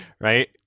right